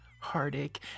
heartache